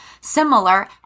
similar